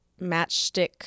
matchstick